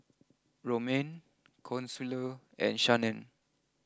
Romaine Consuelo and Shannen